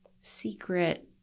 secret